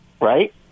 right